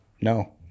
no